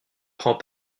prend